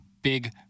Big